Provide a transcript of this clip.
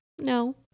No